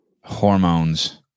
hormones